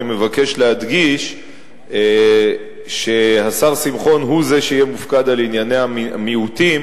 אני מבקש להדגיש שהשר שמחון הוא זה שיהיה מופקד על ענייני המיעוטים,